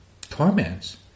torments